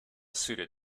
suited